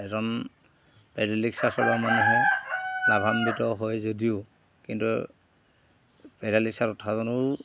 এজন pedal rickshaw চলোৱা মানুহে লাভান্বিত হয় যদিও কিন্তু পেডেল ৰিক্সাত উঠাজনৰো